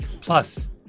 Plus